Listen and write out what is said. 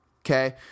Okay